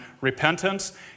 repentance